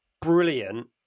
brilliant